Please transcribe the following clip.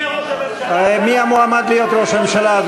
מי יהיה ראש הממשלה?